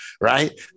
right